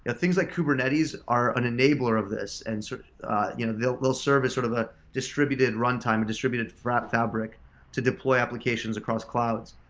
and things like kubernetes are an enabler of this and sort of you know they'll they'll serve as sort of a distributed runtime, a distributed fabric to deploy applications across clouds.